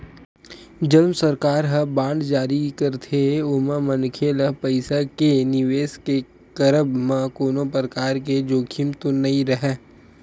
जउन सरकार ह बांड जारी करथे ओमा मनखे ल पइसा के निवेस के करब म कोनो परकार के जोखिम तो नइ राहय